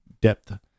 depth